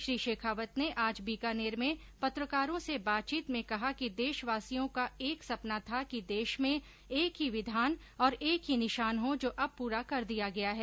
श्री शेखावत ने आज बीकानेर में पत्रकारो से बातचीत में कहा कि देशवासियों का एक सपना था कि देश में एक ही विधान और एक ही निशान हो जो अब पूरा कर दिया गया है